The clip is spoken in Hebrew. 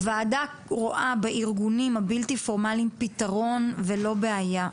הוועדה רואה בארגונים הבלתי פורמליים פתרון ולא בעיה.